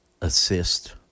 assist